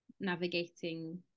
navigating